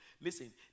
Listen